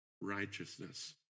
righteousness